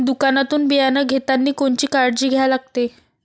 दुकानातून बियानं घेतानी कोनची काळजी घ्या लागते?